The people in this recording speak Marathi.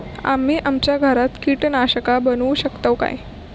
आम्ही आमच्या घरात कीटकनाशका बनवू शकताव काय?